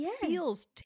feels